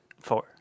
Four